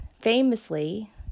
famously